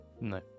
No